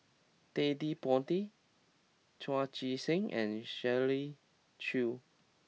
Ted De Ponti Chu Chee Seng and Shirley Chew